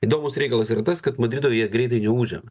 įdomus reikalas yra tas kad madrido jie greitai neužėmė